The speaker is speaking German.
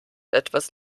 etwas